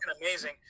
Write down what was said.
amazing